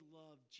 love